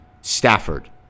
Stafford